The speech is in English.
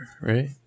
right